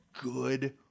good